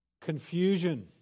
Confusion